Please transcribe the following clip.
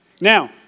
Now